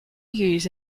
used